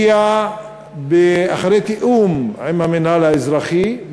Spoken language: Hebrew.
הוא הגיע אחרי תיאום עם המינהל האזרחי.